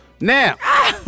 Now